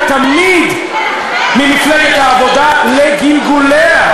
החלו תמיד במפלגת העבודה לגלגוליה,